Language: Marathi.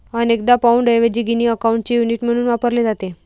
अनेकदा पाउंडऐवजी गिनी अकाउंटचे युनिट म्हणून वापरले जाते